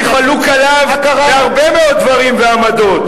אני חלוק עליו בהרבה מאוד דברים ועמדות.